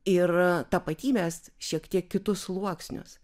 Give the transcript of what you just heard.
ir tapatybės šiek tiek kitus sluoksnius